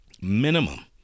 Minimum